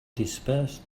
disperse